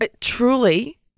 Truly